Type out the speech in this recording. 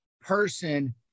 person